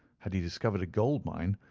had he discovered a gold mine,